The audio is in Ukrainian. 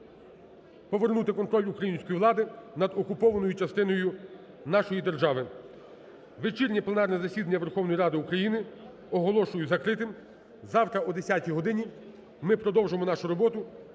повернути контроль української влади над окупованою частиною нашої держави. Вечірнє пленарне засідання Верховної Ради України оголошую закритим. Завтра о 10-й годині ми продовжимо нашу роботу